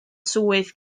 swydd